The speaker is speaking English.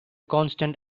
constant